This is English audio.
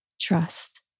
trust